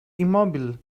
immobile